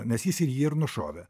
nes jis ir jį ir nušovė